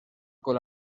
con